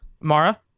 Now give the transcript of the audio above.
Mara